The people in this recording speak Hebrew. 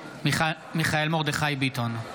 מיכאל מרדכי ביטון,